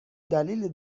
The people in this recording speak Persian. دلیلی